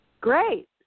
Great